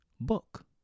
book